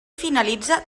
finalitza